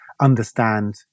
understand